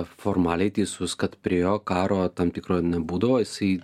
formaliai teisus kad prie jo karo tam tikro nebūdavo jisai